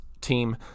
team